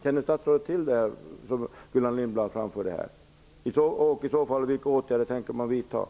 Kände statsrådet till det som